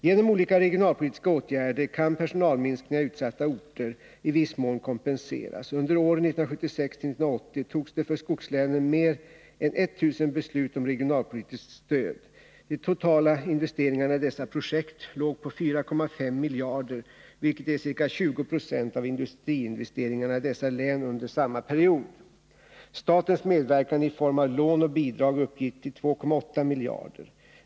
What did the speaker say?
Genom olika regionalpolitiska åtgärder kan personalminskningar i utsatta orter i viss mån kompenseras. Under åren 1976-1980 togs det för skogslänen mer än 1000 beslut om regionalpolitiskt stöd. De totala investeringarna i dessa projekt låg på 4,5 miljarder, vilket är ca 20 Zo av industriinvesteringarna i dessa län under samma period. Statens medverkan i form av lån och bidrag uppgick till 2,8 miljarder.